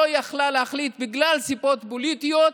לא יכלה להחליט בגלל סיבות פוליטיות,